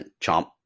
Chomp